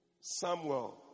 Samuel